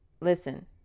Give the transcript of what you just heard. Listen